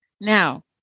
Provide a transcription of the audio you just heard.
Now